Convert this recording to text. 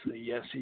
yes